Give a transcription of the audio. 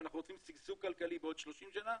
אם אנחנו רוצים שגשוג כלכלי בעוד 30 שנים,